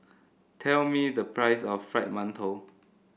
tell me the price of Fried Mantou